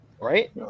Right